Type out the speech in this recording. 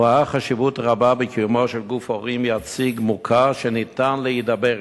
ורואה חשיבות רבה בקיומו של גוף הורים יציג מוכר שניתן להידבר עמו.